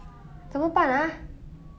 怎么办 ah